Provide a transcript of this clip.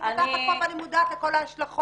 אני פותחת פה ואני מודעת לכל ההשלכות.